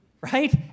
right